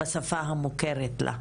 בשפה המוכרת לה,